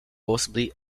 possibly